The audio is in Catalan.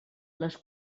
les